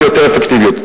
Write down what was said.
ביותר אפקטיביות.